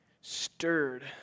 stirred